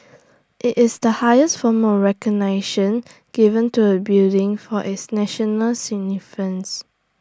IT is the highest form of recognition given to A building for its national